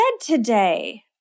today